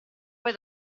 poi